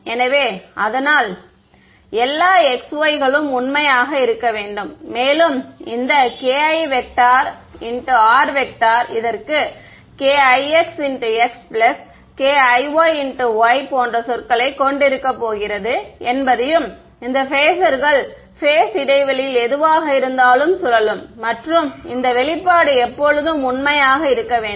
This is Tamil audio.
எனவே அதனால் எல்லா x y களும் உண்மையாக இருக்க வேண்டும் மேலும் இந்த kir இதற்கு kix𝑥 kiy𝑦 போன்ற சொற்களைக் கொண்டிருக்கப் போகிறது என்பதையும் இந்த பேஸர்கள் பேஸ் இடைவெளியில் எதுவாக இருந்தாலும் சுழலும் மற்றும் இந்த வெளிப்பாடு எப்போதும் உண்மையாக இருக்க வேண்டும்